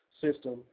system